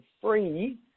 free